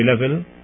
level